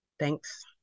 Thanks